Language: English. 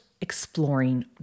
exploring